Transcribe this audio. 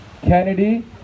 Kennedy